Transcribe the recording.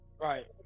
Right